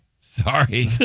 Sorry